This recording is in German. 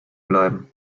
bleiben